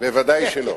ודאי שלא.